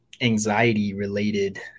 anxiety-related